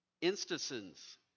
instances